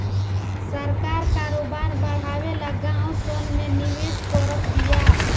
सरकार करोबार बड़ावे ला गाँव सन मे निवेश करत बिया